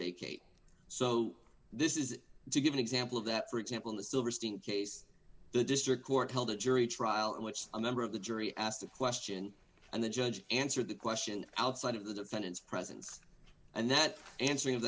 vacate so this is to give an example of that for example in the silverstein case the district court held a jury trial in which a member of the jury asked a question and the judge answered the question outside of the defendant's presence and that answering